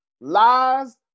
lies